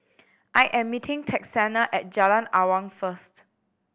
I am meeting Texanna at Jalan Awang first